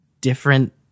different